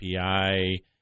API